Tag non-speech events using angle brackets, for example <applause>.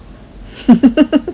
<noise>